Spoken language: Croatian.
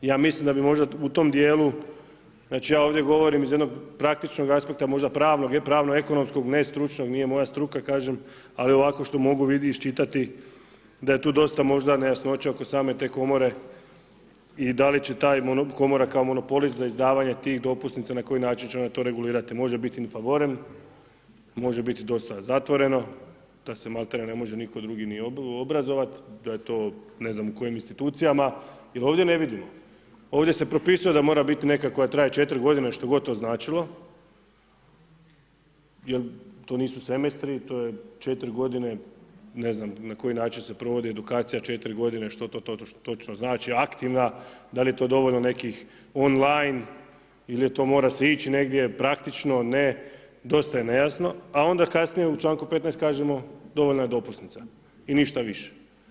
Ja mislim da bi možda u tim djelu, znači ja ovdje govorim iz jednom praktičnog aspekta, možda pravnog, pravno-ekonomskog, ne stručnog, nije moja struka, kažem, ali ovako što mogu iščitati da je tu dosta možda nejasnoća oko same te komore i da li će ta komora kao monopolist za izdavanje tih dopusnica, na koji način će ona to regulirati, može biti in favorem, može biti … zatvoreno, da se malti ne ne može nitko drugi ni obrazovati, da je to u ne znam kojim institucijama jer ovdje ne vidim, ovdje se propisuje da mora biti neka koje traje 4 g. što god to značilo jer to nisu semestri, to je 4 g., ne znam na koji način se provodi edukacija 4 g., što to točno znači aktivna, dal' je dovoljno nekih on line ili to mora se ići negdje praktično, ne, dosta je nejasno, a onda kasnije u članku 15. kažemo dovoljan je dopusnica i ništa više.